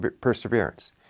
perseverance